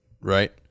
right